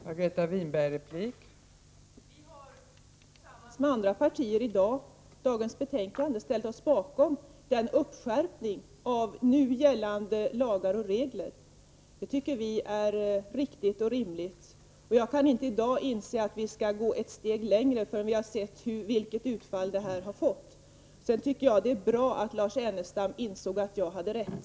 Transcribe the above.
Fru talman! Vi har tillsammans med andra partier i dagens betänkande ställt oss bakom en skärpning av nu gällande lagar och regler. Det tycker vi är riktigt och rimligt. Jag kan inte i dag inse att vi skall gå ett steg längre innan vi har sett vilket utfall denna skärpning har fått. Sedan tycker jag att det är bra att Lars Ernestam inser att jag hade rätt.